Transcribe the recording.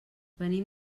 venim